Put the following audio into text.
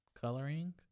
coloring